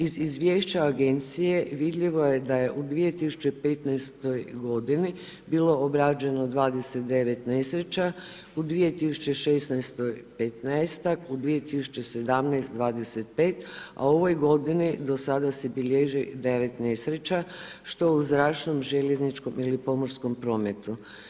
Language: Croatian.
Iz izvješća agencije vidljivo je da je u 2015. godini bilo obrađeno 29 nesreća, u 2016 15ak, u 2017. 25, a u ovoj godini do sada se bilježi 9 nesreća, što u zračnom, željezničkom ili pomorskom prometu.